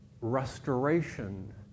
Restoration